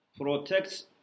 protects